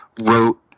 wrote